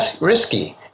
risky